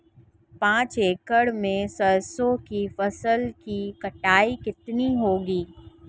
पांच एकड़ में सरसों की फसल की कटाई कितनी होगी?